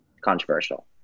controversial